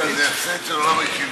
איתן, זה הפסד של עולם הישיבות.